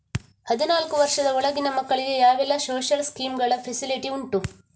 ಹದಿನಾಲ್ಕು ವರ್ಷದ ಒಳಗಿನ ಮಕ್ಕಳಿಗೆ ಯಾವೆಲ್ಲ ಸೋಶಿಯಲ್ ಸ್ಕೀಂಗಳ ಫೆಸಿಲಿಟಿ ಉಂಟು?